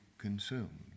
consumed